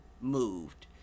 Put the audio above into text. moved